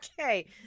Okay